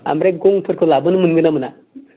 ओमफ्राय गंफोरखौ लाबोनो मोनगोनना मोना